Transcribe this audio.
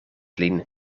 lin